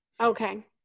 Okay